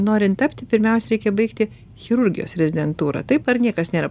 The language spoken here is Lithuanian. norint tapti pirmiausia reikia baigti chirurgijos rezidentūrą taip ar niekas nėra